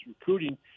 recruiting